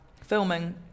filming